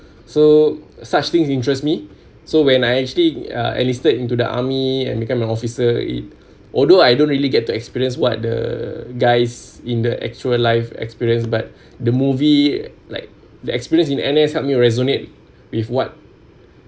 so such things interests me so when I actually uh enlisted into the army and became a officer it although I don't really get to experience what the guys in the actual life experience but the movie like the experience in N_S help me resonate with what